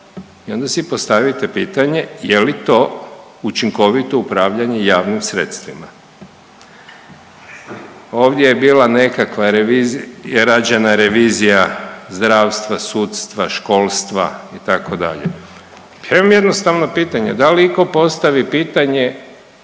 i onda si postavite pitanje je li to učinkovito upravljanje javnim sredstvima? Ovdje bila nekakva revizi…, rađena revizija zdravstva, sudstva, školstva itd., pa ja imam jednostavno pitanje, da li iko postavi pitanje